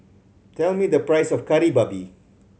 tell me the price of Kari Babi